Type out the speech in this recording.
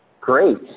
great